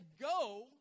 go